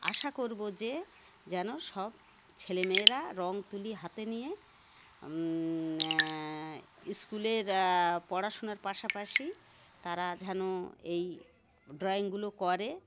আশা করব যে যেন সব ছেলেমেয়েরা রং তুলি হাতে নিয়ে স্কুলের পড়াশোনার পাশাপাশি তারা যেন এই ড্রয়িংগুলো করে